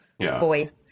voice